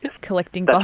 collecting